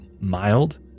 mild